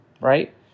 right